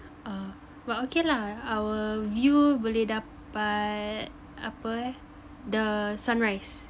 ah but okay lah our view boleh dapat ape eh the sunrise